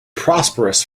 prosperous